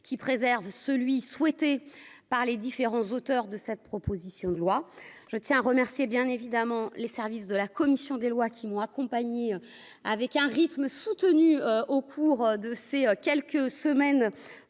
qui préserve celui souhaité par les différents auteurs de cette proposition de loi, je tiens à remercier, bien évidemment, les services de la commission des lois qui m'ont accompagné avec un rythme soutenu, au cours de ces quelques semaines